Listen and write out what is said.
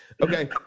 Okay